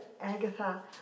Agatha